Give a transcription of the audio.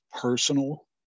personal